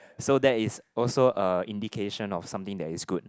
so that is also a indication of something that is good